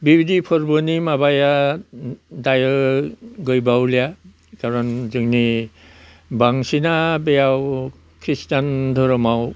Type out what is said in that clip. बेबायदि फोरबोनि माबाया दायो गैबावलिया कारन जोंनि बांसिना बेयाव खृष्टास्टान धोरोमाव